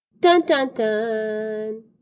Dun-dun-dun